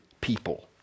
people